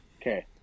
okay